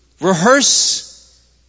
Rehearse